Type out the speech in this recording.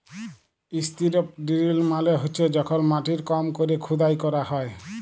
strip drill মালে হছে যখল মাটির কম ক্যরে খুদাই ক্যরা হ্যয়